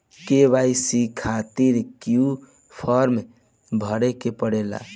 KYC खातिर क्यूं form भरे के पड़ेला?